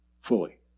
fully